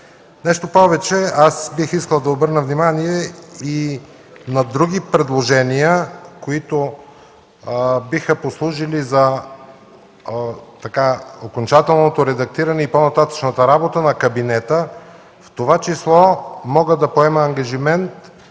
Нещо повече. Аз бих искал да обърна внимание и на други предложения, които биха послужили за окончателното редактиране и по-нататъшната работа на кабинета. В това число мога да поема ангажимент